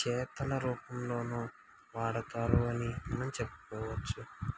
చేతల రూపంలోనూ వాడుతారు అని మనం చెప్పుకోవచ్చు